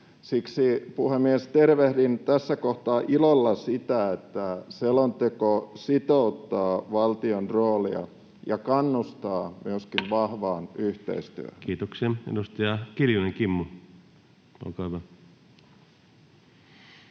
Siksi, puhemies, tervehdin tässä kohtaa ilolla sitä, että selonteko sitouttaa valtion roolia ja kannustaa myöskin vahvaan yhteistyöhön. Kiitoksia. — Edustaja Kiljunen, Kimmo, olkaa hyvä.